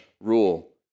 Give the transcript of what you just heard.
rule